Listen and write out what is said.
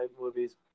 movies